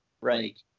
Right